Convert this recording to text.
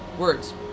Words